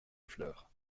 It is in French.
fleurs